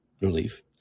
relief